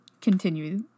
continue